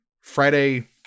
Friday